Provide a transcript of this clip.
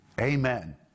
Amen